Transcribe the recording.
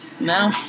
No